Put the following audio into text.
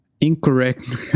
incorrect